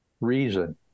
reason